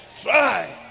try